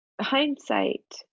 hindsight